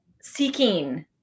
seeking